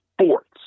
sports